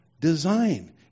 design